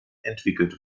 entwickelt